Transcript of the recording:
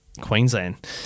Queensland